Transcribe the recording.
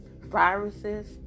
viruses